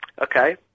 Okay